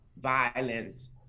violence